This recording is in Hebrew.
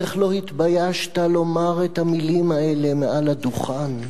איך לא התביישת לומר את המלים האלה מעל הדוכן?